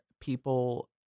people